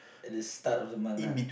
at the start of the month lah